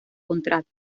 contrata